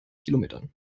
kilometern